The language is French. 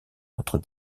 entre